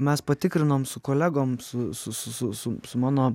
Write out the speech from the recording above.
mes patikrinom su kolegom su mano